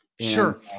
Sure